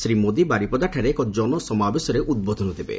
ଶ୍ରୀ ମୋଦି ବାରିପଦାଠାରେ ଏକ ଜନସମାବେଶରେ ଉଦ୍ବୋଧନ ଦେବେ